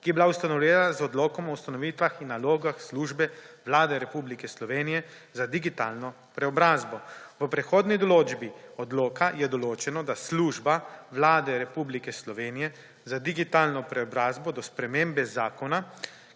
ki je bila ustanovljena z Odlokom o ustanovitvah in nalogah Službe Vlade Republike Slovenije za digitalno preobrazbo. V prehodni določbi odloka je določeno, da Služba Vlade Republike Slovenije za digitalno preobrazbo do spremembe zakona,